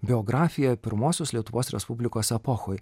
biografiją pirmosios lietuvos respublikos epochoj